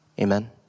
Amen